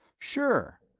sure!